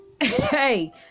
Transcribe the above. Hey